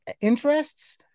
interests